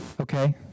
Okay